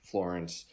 Florence